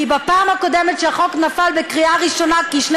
בפעם הקודמת החוק נפל בקריאה ראשונה כי שני